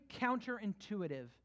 counterintuitive